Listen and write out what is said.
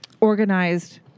organized